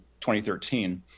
2013